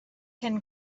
ken